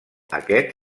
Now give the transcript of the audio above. aquest